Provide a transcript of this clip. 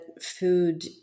food